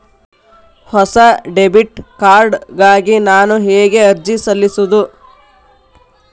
ಹೊಸ debit card ಗಾಗಿ ನಾನು ಹೇಗೆ ಅರ್ಜಿ ಸಲ್ಲಿಸುವುದು?